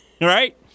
Right